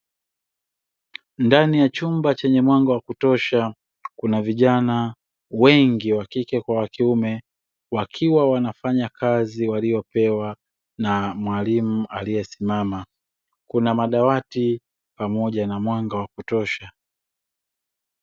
Ndani ya chumba chenye mwanga wa kutosha kuna vijana wengi wakike kwa wakiume wakiwa wanafanya kazi waliyopewa na mwalimu aliye simama, kuna madawati pamoja na mwanga wa kutosha.